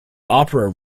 opera